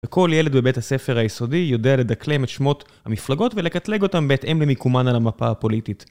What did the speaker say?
וכל ילד בבית הספר היסודי יודע לדקלם את שמות המפלגות ולקטלג אותם בהתאם למקומן על המפה הפוליטית.